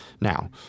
Now